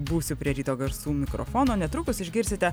būsiu prie ryto garsų mikrofono netrukus išgirsite